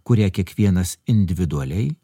kurią kiekvienas individualiai